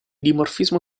dimorfismo